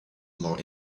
more